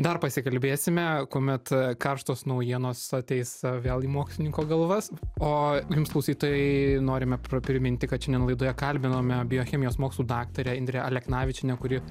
dar pasikalbėsime kuomet karštos naujienos ateis vėl į mokslininko galvas o jums klausytojai norime priminti kad šiandien laidoje kalbinome biochemijos mokslų daktarę indrę aleknavičienę kuri